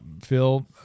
Phil